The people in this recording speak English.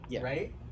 right